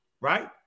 right